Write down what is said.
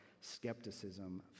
skepticism